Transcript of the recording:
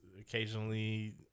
occasionally